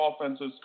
offenses